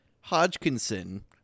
Hodgkinson